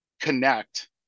connect